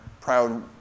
proud